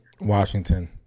Washington